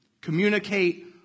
Communicate